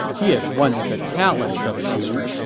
he is one of the talents of shu.